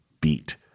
beat